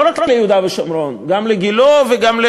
לא רק ליהודה ושומרון אלא גם לגילה וגם,